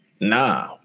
nah